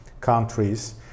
countries